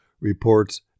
reports